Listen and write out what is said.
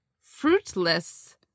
fruitless